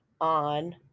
on